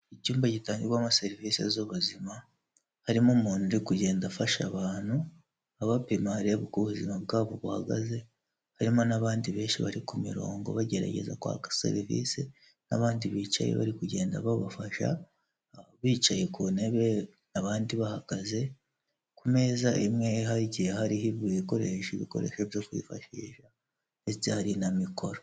Icyumba gitangirwamo serivisi z'ubuzima, harimo umuntu uri kugenda afasha abantu abapima areba uko ubuzima bwabo buhagaze harimo n'abandi benshi bari ku murongo bagerageza kwaka serivisi n'abandi bicaye, bari kugenda babafasha bicaye ku ntebe abandi bahagaze ku meza imwehaye hagiye hariho ibikoresho byo kwifashisha ndetse hari na mikoro.